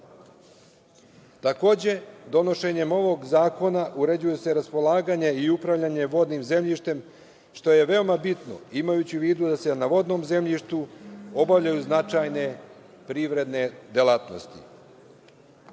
Takođe, donošenjem ovog zakona uređuju se raspolaganja i upravljanje vodnim zemljištem, što je veoma bitno, imajući u vidu da se na vodnom zemljištu obavljaju značajne privredne